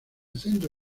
centro